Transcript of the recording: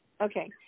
Okay